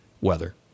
weather